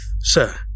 sir